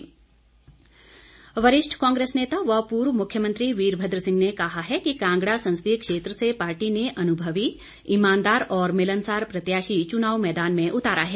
वीरभद्र सिंह वरिष्ठ कांग्रेस नेता व पूर्व मुख्यमंत्री वीरभद्र सिंह ने कहा है कि कांगड़ा संसदीय क्षेत्र से पार्टी ने अनुभवी ईमानदार और मिलनसार प्रत्याशी चुनाव मैदान में उतारा है